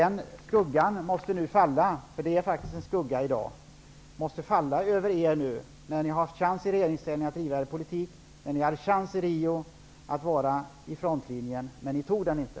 Skuggan måste nu falla -- det är faktiskt en skugga i dag -- över er nu när ni haft chans att i regeringsställning driva er energipolitik. Ni hade en chans i Rio att vara i frontlinjen, men ni tog den inte.